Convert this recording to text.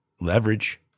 leverage